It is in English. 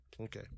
Okay